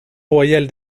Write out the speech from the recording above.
royale